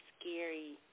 scary